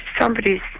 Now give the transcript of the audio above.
somebody's